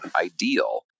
ideal